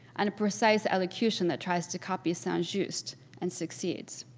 and a precise elocution that tries to copy st. just and succeeds.